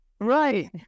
Right